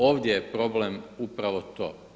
Ovdje je problem upravo to.